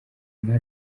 nka